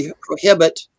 prohibit